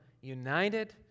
united